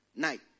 Night